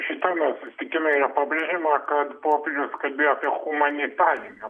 šitame susitikime yra pabrėžiama kad popiežius kalbėjo apie chumanitarinę